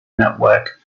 network